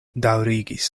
daŭrigis